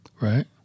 Right